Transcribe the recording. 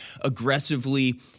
aggressively